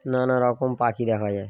নানা রকম পাখি দেখা যায়